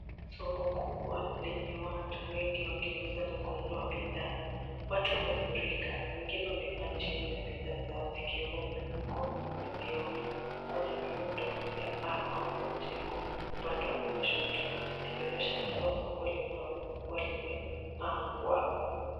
Soko kubwa lenye watu wengi wakiuza na kununua bidhaa. Watu wamefurika wengine wamekaa chini na bidhaa zao zikiwemo mifuko na vyombo. Kuna miundo ya paa au majengo upande wa kushoto likionyesha kuwa soko linawezakua limepangwa.